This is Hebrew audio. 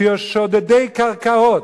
שהם שודדי קרקעות.